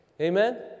Amen